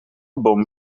boom